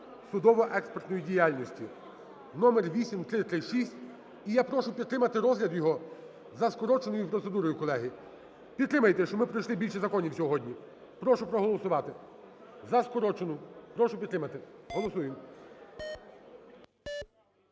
судово-експертної діяльності (№ 8336). І я прошу підтримати розгляд його за скороченою процедурою, колеги. Підтримайте, щоб ми пройшли більше законів сьогодні. Прошу проголосувати за скорочену, прошу підтримати. Голосуємо.